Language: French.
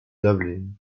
dublin